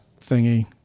thingy